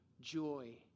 joy